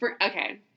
Okay